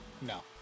No